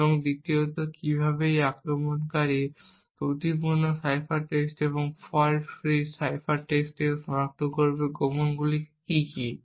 এবং দ্বিতীয়ত কিভাবে আক্রমণকারী ত্রুটিপূর্ণ সাইফার টেক্সট এবং ফল্ট ফ্রি সাইফার টেক্সট থেকে সনাক্ত করবে গোপন কী কী